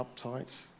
uptight